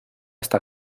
hasta